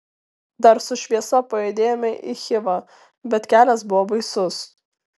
dar su šviesa pajudėjome į chivą bet kelias buvo baisus